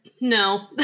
No